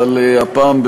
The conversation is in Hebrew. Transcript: אבל הפעם,